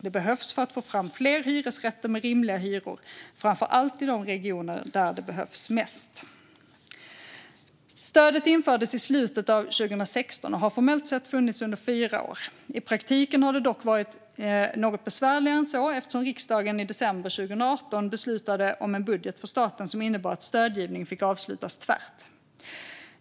Det behövs för att få fram fler hyresrätter med rimliga hyror, framför allt i de regioner där det behövs mest. Stödet infördes i slutet av 2016 och har formellt sett funnits under fyra år. I praktiken har det dock varit något besvärligare än så eftersom riksdagen i december 2018 beslutade om en budget för staten som innebar att stödgivningen fick avslutas tvärt.